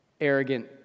arrogant